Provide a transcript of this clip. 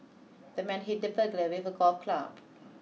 the man hit the burglar with a golf club